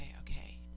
okay